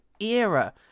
era